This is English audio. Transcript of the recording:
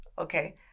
Okay